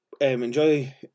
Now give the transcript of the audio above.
enjoy